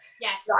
yes